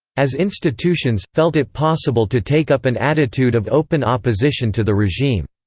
as institutions, felt it possible to take up an attitude of open opposition to the regime.